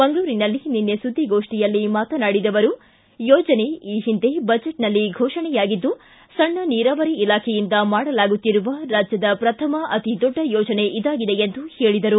ಮಂಗಳೂರಿನಲ್ಲಿ ನಿನ್ನೆ ಸುದ್ದಿಗೋಷ್ಠಿಯಲ್ಲಿ ಮಾತನಾಡಿದ ಅವರು ಯೋಜನೆ ಈ ಹಿಂದೆ ಬಜೆಟ್ನಲ್ಲಿ ಘೋಷಣೆಯಾಗಿದ್ದು ಸಣ್ಣ ನೀರಾವರಿ ಇಲಾಖೆಯಿಂದ ಮಾಡಲಾಗುತ್ತಿರುವ ರಾಜ್ಯದ ಪ್ರಥಮ ಅತೀ ದೊಡ್ಡ ಯೋಜನೆ ಇದಾಗಿದೆ ಎಂದ ಹೇಳಿದರು